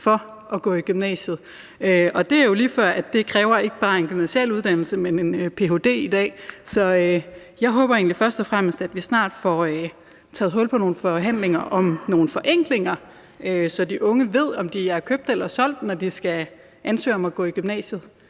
før, at det ikke bare kræver en gymnasial uddannelse, men en ph.d. i dag. Så jeg håber egentlig først og fremmest, at vi snart får taget hul på nogle forhandlinger om nogle forenklinger, så de unge ved, om de er købt eller solgt, når de skal ansøge om at gå i gymnasiet.